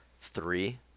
three